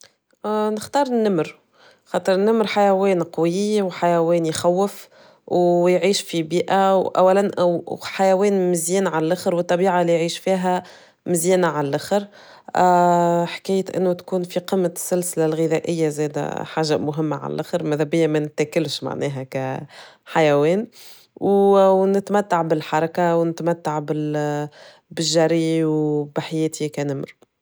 نختار النمر، خاطر النمر حيوان قوي وحيوان يخوف، ويعيش في بيئة وأولا أو حيوان مزيان عالآخر والطبيعة اللي يعيش فيها مزيانة عالآخر حكيت انو تكون في قمة السلسلة الغذائية زادا حاجة مهمة عالآخر ماذا بيا ما نتاكلش معناها كحيوان وونتمتع بالحركة ونتمتع بالجري وبحياتي كنمر.